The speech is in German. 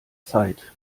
zeit